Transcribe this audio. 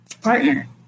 partner